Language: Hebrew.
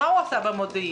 מה הוא עשה במודיעין?